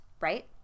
right